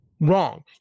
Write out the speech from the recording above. wrong